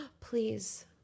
Please